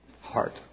heart